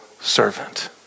servant